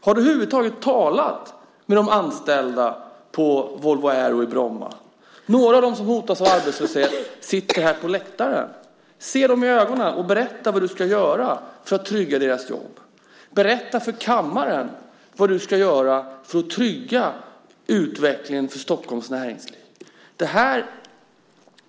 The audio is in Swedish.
Har du över huvud taget talat med de anställda på Volvo Aero i Bromma? Några av dem som hotas av arbetslöshet sitter här på läktaren. Se dem i ögonen och berätta vad du ska göra för att trygga deras jobb! Berätta för kammaren vad du ska göra för att trygga utvecklingen för Stockholms näringsliv!